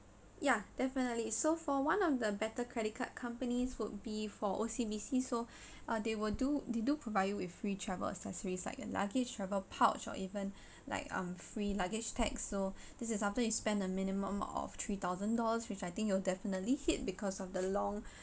ya definitely so for one of the better credit card companies would be for O_C_B_C so uh they will do they do provide you with free travel accessories such as luggage travel pouch or even like um free luggage tag so this is after you spend a minimum of three thousand dollars which I think you will definitely hit because of the long